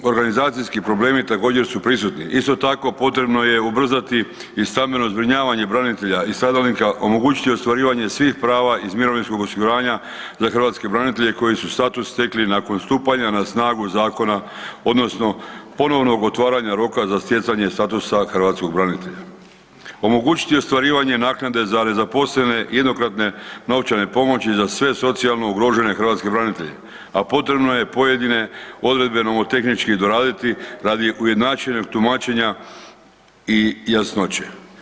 Organizacijski problemi također su prisutni, isto tako potrebno je ubrzati i stambeno zbrinjavanje branitelja stradalnika, omogućiti ostvarivanje svih prava iz mirovinskog osiguranja za hrvatske branitelje koji su status stekli nakon stupanja na snagu zakona odnosno ponovno otvaranja roka za stjecanje statusa Hrvatskog branitelja, omogućiti ostvarivanje naknade za nezaposlene, jednokratne novčane pomoći za sve socijalno ugrožene hrvatske branitelje a potrebno je pojedine odredbe novotehnički doraditi radi ujednačenog tumačenja i jasnoće.